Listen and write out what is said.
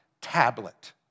tablet